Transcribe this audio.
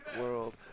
World